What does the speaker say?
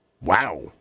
Wow